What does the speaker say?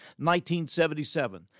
1977